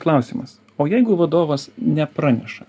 klausimas o jeigu vadovas nepraneša